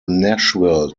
nashville